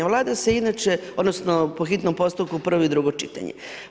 Vlada se inače, odnosno, po hitnom postupku, prvo i drugo čitanje.